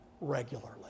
regularly